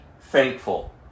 thankful